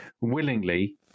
willingly